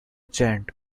chant